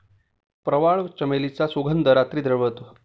प्रवाळ, चमेलीचा सुगंध रात्री दरवळतो